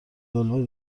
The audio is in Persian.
دلمه